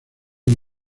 una